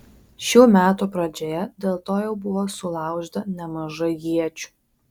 šių metų pradžioje dėl to jau buvo sulaužyta nemažai iečių